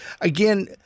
again